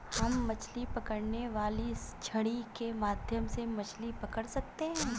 हम मछली पकड़ने वाली छड़ी के माध्यम से मछली पकड़ सकते हैं